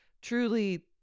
Truly